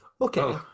Okay